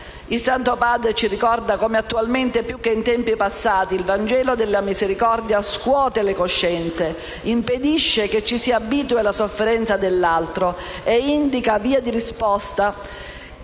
Il Santo Padre ci ricorda come attualmente, più che in tempi passati, «il Vangelo della misericordia scuote le coscienze, impedisce che ci si abitui alla sofferenza dell'altro e indica vie di risposta»